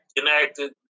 enacted